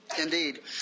indeed